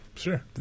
Sure